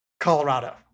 Colorado